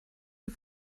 die